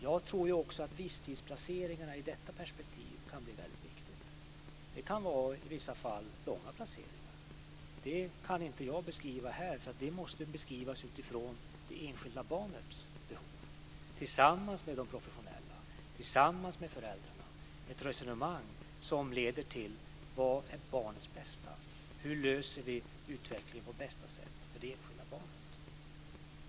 Jag tror också att visstidsplaceringarna i detta perspektiv kan bli väldigt viktiga. Det kan i vissa fall vara långa placeringar. Det kan inte jag beskriva här, för det måste beskrivas utifrån det enskilda barnets behov - tillsammans med de professionella, tillsammans med föräldrarna. Detta resonemang ska leda till: Vad är barnets bästa? Hur löser vi utvecklingen på bästa sätt för det enskilda barnet?